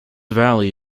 valley